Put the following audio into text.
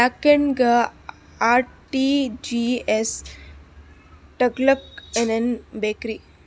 ಬ್ಯಾಂಕ್ದಾಗ ಆರ್.ಟಿ.ಜಿ.ಎಸ್ ತಗ್ಸಾಕ್ ಏನೇನ್ ಬೇಕ್ರಿ?